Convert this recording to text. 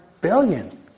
billion